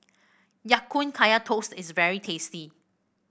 Ya Kun Kaya Toast is very tasty